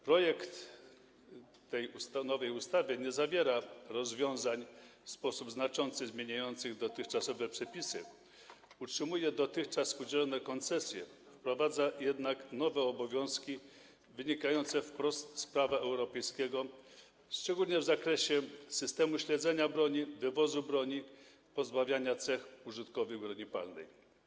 Projekt nowej ustawy nie zawiera rozwiązań w sposób znaczący zmieniających dotychczasowe przepisy, utrzymuje dotychczas udzielone koncesje, wprowadza jednak nowe obowiązki wynikające wprost z prawa europejskiego, szczególnie w zakresie systemu śledzenia broni, wywozu broni i pozbawiania cech użytkowych broni palnej.